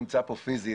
נמצא פה פיזית.